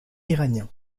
iranien